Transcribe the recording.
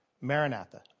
Maranatha